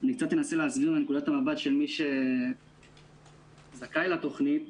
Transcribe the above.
אנסה להסביר מנקודת המבט של מי שזכאי לתוכנית